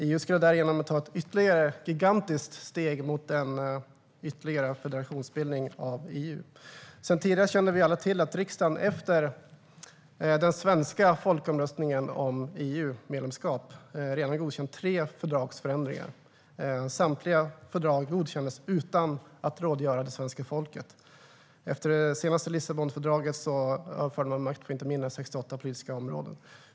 EU skulle därigenom ta ett ytterligare gigantiskt steg mot en federationsbildning av EU. Sedan tidigare känner vi alla till att riksdagen efter den svenska folkomröstningen om EU-medlemskap redan godkänt tre fördragsförändringar. Samtliga fördrag godkändes utan att man rådgjorde med svenska folket. Efter det senaste Lissabonfördraget överfördes makt på inte mindre än 68 politiska områden.